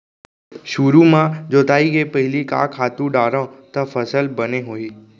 सुरु म जोताई के पहिली का खातू डारव त फसल बने होही?